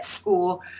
school